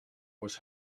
was